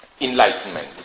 enlightenment